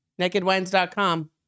Nakedwines.com